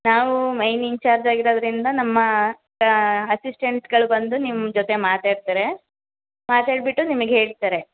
ನಾವು main in charge ಆಗಿರೋದರಿಂದ ನಮ್ಮ ಅಸಿಸ್ಟೆಂಟ್ಗಳು ಬಂದು ನಿಮ್ಮ ಜೊತೆ ಮಾತಾಡ್ತಾರೆ ಮಾತಾಡಿಬಿಟ್ಟು ನಿಮಗೆ ಹೇಳ್ತಾರೆ